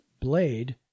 Blade